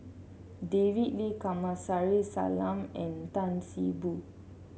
David Lee Kamsari Salam and Tan See Boo